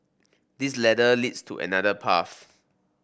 this ladder leads to another path